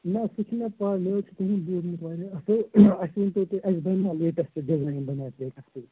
نہ سُہ چھُ مےٚ پاے مےٚ حظ چھِ تُہُنٛد بوٗزمُت واریاہ ؤنۍتو تُہۍ اَسہِ بنیٛاہ لیٹٮ۪سٹ ڈِزایِن بنیٛاہ اَسہِ لیٹَٮ۪سٹ